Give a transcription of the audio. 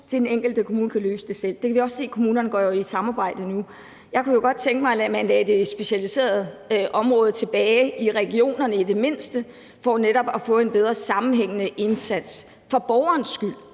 at den enkelte kommune kan løse det selv. Vi kan jo også se, at kommunerne går ind i et samarbejde om det nu. Jeg kunne godt tænke mig, at man i det mindste lagde det specialiserede område tilbage i regionerne for netop at få en bedre sammenhængende indsats – for borgernes skyld.